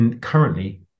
currently